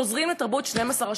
חוזרים לתרבות 12 השבטים.